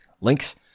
links